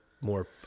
more